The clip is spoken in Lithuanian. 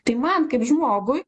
tai man kaip žmogui